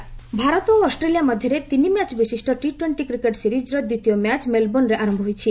cricket Bharat ଓ Australia ମଧ୍ୟରେ ତିନି ମ୍ୟାଚ୍ ବିଶିଷ୍ଟ ଟି ଟ୍ୱେଣ୍ଟି କ୍ରିକେଟ୍ ସିରିକ୍ର ଦ୍ୱିତୀୟ ମ୍ୟାଚ୍ ମେଲ୍ବୋର୍ଷରେ ଆରମ୍ଭ ହୋଇଛି